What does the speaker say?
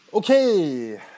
Okay